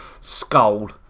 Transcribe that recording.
skull